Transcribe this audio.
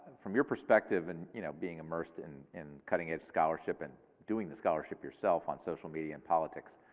from your perspective and you know being immersed in in cutting edge scholarship, and doing the scholarship yourself on social media and politics,